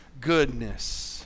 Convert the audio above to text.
goodness